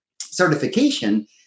certification